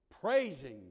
praising